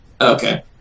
Okay